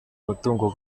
umutungo